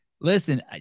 listen